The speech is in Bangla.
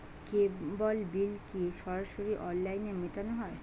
কেবল বিল কি সরাসরি অনলাইনে মেটানো য়ায়?